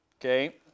okay